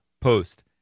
post